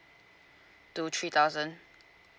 to three thousand